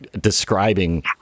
describing